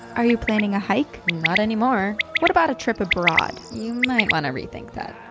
are you planning a hike? not anymore! what about a trip abroad? you might want to rethink that.